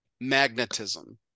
magnetism